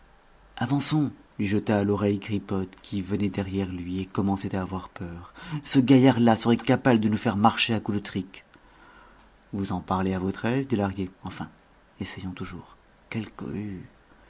avançons lui jeta à l'oreille gripothe qui venait derrière lui et commençait à avoir peur ce gaillard-là serait capable de nous faire marcher à coups de trique vous en parlez à votre aise dit lahrier enfin essayons toujours quelle